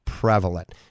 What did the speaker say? prevalent